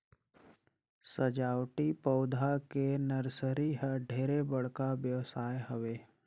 सजावटी पउधा के नरसरी ह ढेरे बड़का बेवसाय हवे